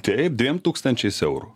taip dviem tūkstančiais eurų